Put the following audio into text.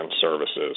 services